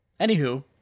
Anywho